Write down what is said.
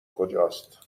کجاست